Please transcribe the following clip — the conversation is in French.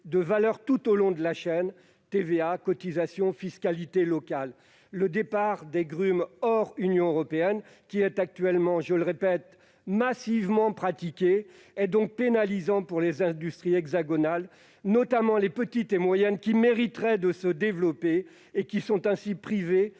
de valeur tout au long de la chaîne : TVA, cotisations, fiscalité locale. Le départ des grumes hors Union européenne, qui est actuellement massivement pratiqué, est donc pénalisant pour les industries hexagonales, notamment pour les petites et moyennes, qui mériteraient de se développer mais sont privées